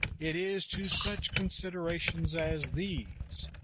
it is to such considerations as these,